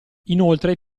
inoltre